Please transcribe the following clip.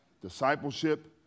discipleship